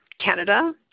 Canada